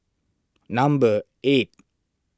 number eight